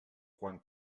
quan